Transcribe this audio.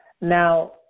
Now